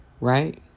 Right